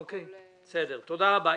תודה רבה.